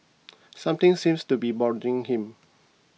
something seems to be bothering him